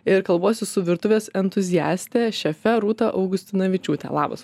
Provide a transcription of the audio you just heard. ir kalbuosi su virtuvės entuziaste šefe rūta augustinavičiūte labas